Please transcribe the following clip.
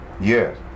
Yes